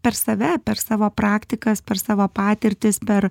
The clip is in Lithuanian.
per save per savo praktikas per savo patirtis per